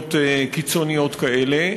התארגנויות קיצוניות כאלה?